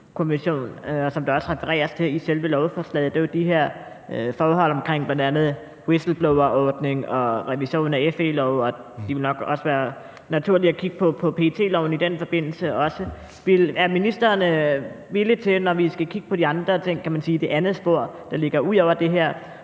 og som der også refereres til i selve lovforslaget, er de her forhold omkring bl.a. whistleblowerordning og revision af FE-loven, og det vil i den forbindelse nok også være naturligt at kigge på PET-loven også. Er ministeren villig til, når vi skal kigge på de andre ting, det andet spor, der ligger ud over det her,